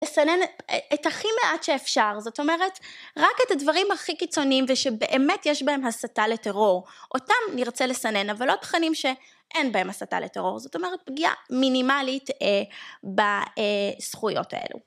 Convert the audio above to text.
לסנן את הכי מעט שאפשר, זאת אומרת, רק את הדברים הכי קיצוניים ושבאמת יש בהם הסתה לטרור, אותם נרצה לסנן, אבל לא תכנים שאין בהם הסתה לטרור, זאת אומרת פגיעה מינימלית בזכויות האלו.